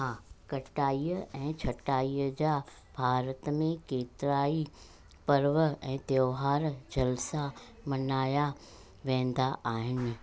हा कटाईअ ऐं छ्टाईअ जा भारत में केतिराई पर्व ऐं त्योहार जलिसा मल्हाया वेंदा आहिनि